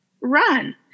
Run